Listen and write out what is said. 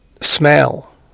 smell